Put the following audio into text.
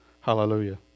Hallelujah